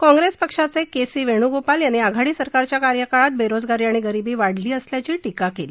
काँप्रेस पक्षाचे K C Venugopal यांनी आघाडी सरकारच्या कार्यकाळात बेरोजगारी आणि गरीबी वाढली असल्याची टीका केली